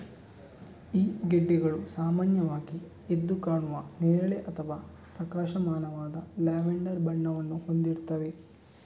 ಈ ಗೆಡ್ಡೆಗಳು ಸಾಮಾನ್ಯವಾಗಿ ಎದ್ದು ಕಾಣುವ ನೇರಳೆ ಅಥವಾ ಪ್ರಕಾಶಮಾನವಾದ ಲ್ಯಾವೆಂಡರ್ ಬಣ್ಣವನ್ನು ಹೊಂದಿರ್ತವೆ